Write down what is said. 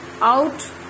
out